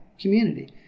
community